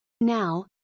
Now